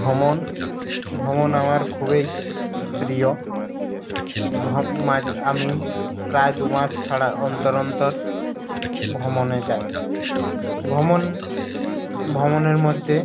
ভমণ ভ্রমণ আমার খুবই প্রিয় আমি প্রায় দু মাস ছাড়া অন্তর অন্তর ভ্রমণে যাই ভ্রমণ ভ্রমণের মধ্যে